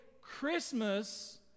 Christmas